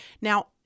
Now